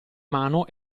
mano